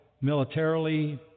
militarily